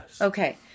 Okay